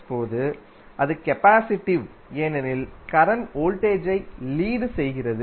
போது அது கபாசிடிவ் ஏனெனில் கரண்ட் வோல்டேஜை லீடி செய்கிறது